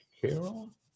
Carol